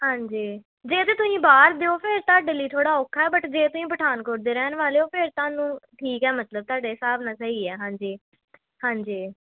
ਹਾਂਜੀ ਜੇ ਤਾਂ ਤੁਸੀਂ ਬਾਹਰ ਦੇ ਹੋ ਫਿਰ ਤੁਹਾਡੇ ਲਈ ਥੋੜ੍ਹਾ ਔਖਾ ਬਟ ਜੇ ਤੁਸੀਂ ਪਠਾਨਕੋਟ ਦੇ ਰਹਿਣ ਵਾਲੇ ਹੋ ਫਿਰ ਤੁਹਾਨੂੰ ਠੀਕ ਆ ਮਤਲਬ ਤੁਹਾਡੇ ਹਿਸਾਬ ਨਾਲ ਸਹੀ ਆ ਹਾਂਜੀ ਹਾਂਜੀ